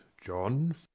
John